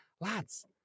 lads